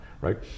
right